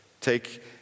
take